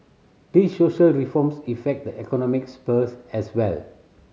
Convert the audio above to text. these social reforms effect the economic spheres as well